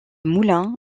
moulin